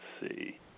see